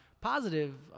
positive